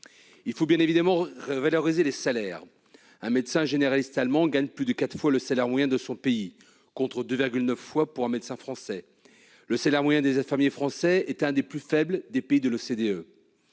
Il faut bien évidemment revaloriser les salaires. Un médecin généraliste allemand gagne plus de quatre fois le salaire moyen de son pays, contre 2,9 fois pour un médecin français. Le salaire moyen des infirmiers français est l'un des plus faibles des pays de l'OCDE.